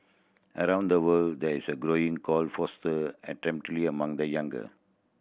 around the world there is a growing call to foster among the younger